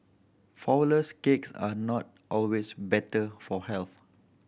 flourless cakes are not always better for health